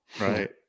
right